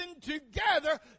together